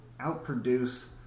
outproduce